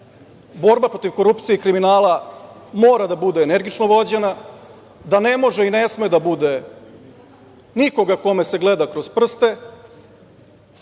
borba protiv korupcije i kriminala mora da bude energično vođena, da ne može i ne sme da bude nikoga kome se gleda kroz prste,